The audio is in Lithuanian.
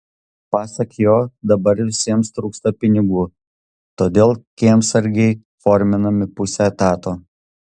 pasak jo dabar visiems trūksta pinigų todėl kiemsargiai forminami pusei etato